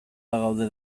bagaude